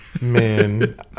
Man